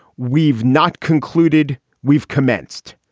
we've not concluded we've commenced.